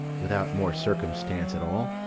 without more circumstance at all,